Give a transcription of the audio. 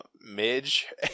Midge